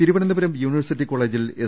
Thiruvananthapuram university കോളേജിൽ S